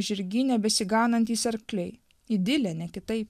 žirgyne besiganantys arkliai idilę ne kitaip